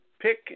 pick